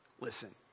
Listen